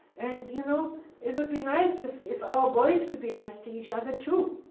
and you know it would be nice if if our boys could be nice to each other, too.